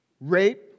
Rape